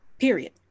period